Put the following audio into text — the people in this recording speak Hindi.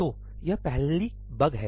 तो यह पहली बग है